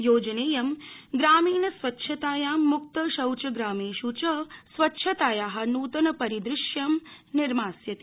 योजनेऽयं ग्रामीण स्वच्छतायां मुक्तशौचग्रामेष् च स्वच्छताया नूतनपरिदृश्यं निर्मास्यति